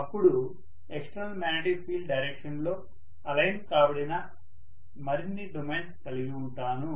అప్పుడు external magnetic field direction లో align కాబడిన మరిన్ని డొమైన్స్ కలిగివుంటాను